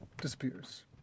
disappears